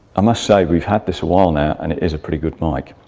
i must say we've had this a while now and it is a pretty good mic.